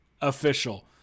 official